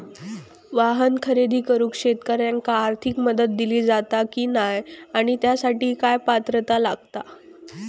वाहन खरेदी करूक शेतकऱ्यांका आर्थिक मदत दिली जाता की नाय आणि त्यासाठी काय पात्रता लागता?